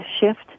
shift